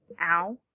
Ow